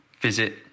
Visit